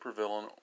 supervillain